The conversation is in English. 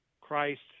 Christ